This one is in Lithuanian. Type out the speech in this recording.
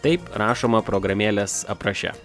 taip rašoma programėlės apraše